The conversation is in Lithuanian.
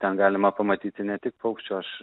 ten galima pamatyti ne tik paukščių aš